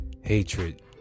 Hatred